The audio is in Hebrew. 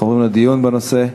אנחנו עוברים לדיון בנושא.